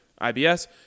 IBS